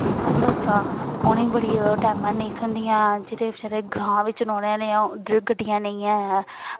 बस्सा उ'नें ई बड़ी टैमा 'र नेईं थ्होंदियां जेह्ड़े बचैरे ग्रांऽ बिच रौह्ने आह्ले आं उद्धर गड्डियां नेईं ऐ